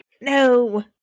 No